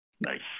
Nice